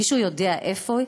מישהו יודע איפה היא?